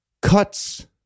Cuts